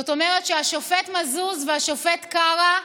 זאת אומרת שהשופט מזוז והשופט קרא,